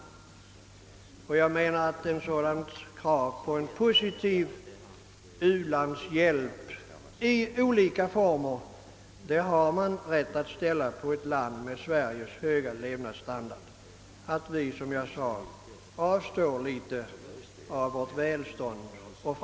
På ett land som vårt med dess höga levnadsstandard har man rätt att ställa krav på en positiv u-landshjälp i olika former och på att vi avstår något av vårt välstånd.